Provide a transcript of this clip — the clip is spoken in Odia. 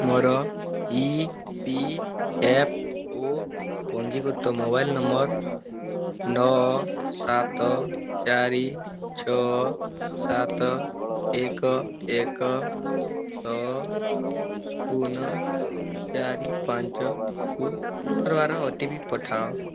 ମୋର ଇ ପି ଏଫ୍ ଓ ପଞ୍ଜୀକୃତ ମୋବାଇଲ ନମ୍ବର ନଅ ସାତ ଚାରି ଛଅ ସାତ ଏକ ଏକ ଛଅ ଶୂନ ଚାରି ପଞ୍ଚକୁ ପୁନର୍ବାର ଓ ଟି ପି ପଠାଅ